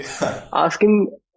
asking